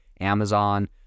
amazon